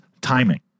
timing